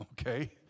Okay